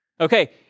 Okay